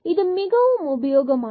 இது மிகவும் உபயோகமானது